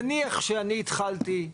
נניח שאני התחלתי,